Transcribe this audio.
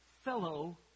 fellow